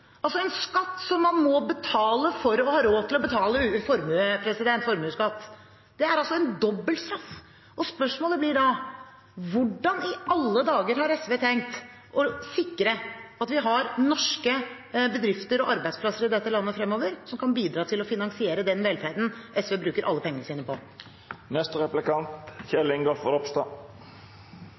altså en skatt som man må betale for å ha råd til å betale formuesskatt. Det er altså en dobbeltstraff! Spørsmålet blir da: Hvordan i alle dager har SV tenkt å sikre at vi fremover har norske bedrifter og arbeidsplasser i dette landet som kan bidra til å finansiere den velferden SV bruker alle pengene sine